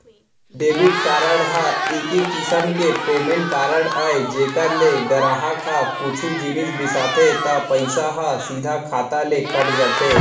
debit card ह एक किसम के पेमेंट कारड अय जेकर ले गराहक ह कुछु जिनिस बिसाथे त पइसा ह सीधा खाता ले कट जाथे